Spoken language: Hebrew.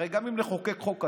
הרי גם אם נחוקק חוק כזה,